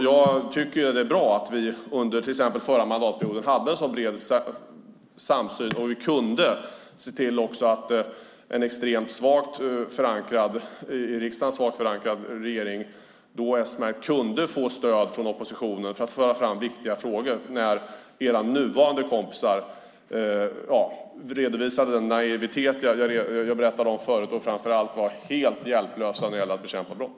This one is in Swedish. Jag tycker att det är bra att vi under den förra mandatperioden hade en bred samsyn. Vi såg till att en i riksdagen svagt förankrad s-märkt regering fick stöd från oppositionen i viktiga frågor när Socialdemokraternas nuvarande kompisar redovisade en naivitet, som jag berättade om tidigare, och framför allt var helt hjälplösa när det gällde att bekämpa brott.